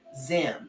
Zim